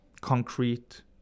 concrete